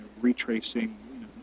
retracing